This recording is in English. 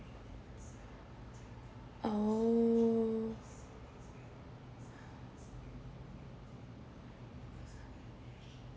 oh